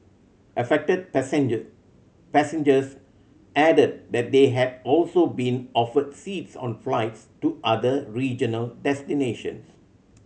affected passenger passengers added that they had also been offered seats on flights to other regional destinations